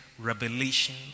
revelation